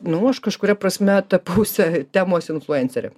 nu aš kažkuria prasme ta puse temos influencerė